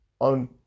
on